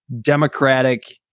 Democratic